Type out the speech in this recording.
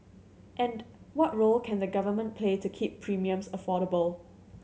and what role can the Government play to keep premiums affordable